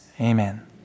amen